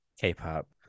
K-pop